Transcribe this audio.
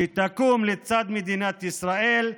שתקום לצד מדינת ישראל,